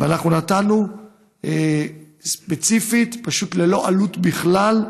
ואנחנו נתנו ספציפית פשוט ללא עלות בכלל,